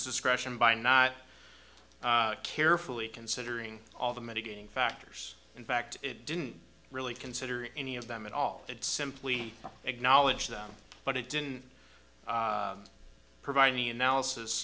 discretion by not carefully considering all the mitigating factors in fact it didn't really consider any of them at all it simply acknowledge them but it didn't provide any analysis